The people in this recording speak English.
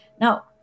Now